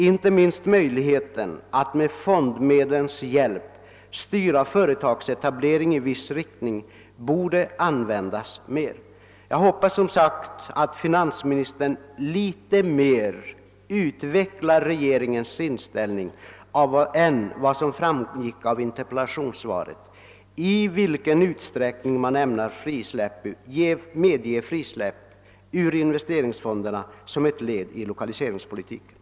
Inte minst möjligheten att med fondmedlens hjälp styra företagsetablering i viss riktning borde utnyttjas mer. Jag hoppas som sagt att finansministern något ytterligare utvecklar regeringens inställning utöver vad som framgick av interpellationssvaret, så att vi får besked om i vilken utsträckning man ämnar medge frisläppning av medel ur investeringsfonderna som ett led i lokaliseringspolitiken.